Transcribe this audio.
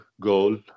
goal